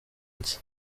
iki